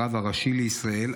הרב הראשי לישראל,